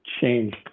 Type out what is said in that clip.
change